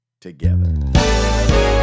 together